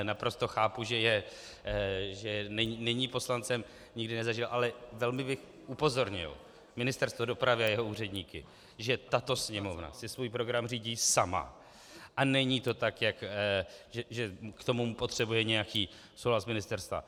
Naprosto chápu, že není poslancem, nikdy nezažil, ale velmi bych upozornil Ministerstvo dopravy a jeho úředníky, že tato Sněmovna si svůj program řídí sama a není to tak, že k tomu potřebuje nějaký souhlas z ministerstva.